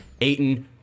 Aiton